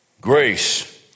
Grace